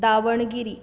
Davangere